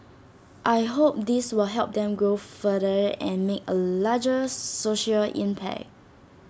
I hope this will help them grow further and make A larger social impact